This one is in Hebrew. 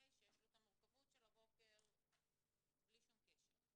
שיש לו את המורכבות של הבוקר בלי שום קשר.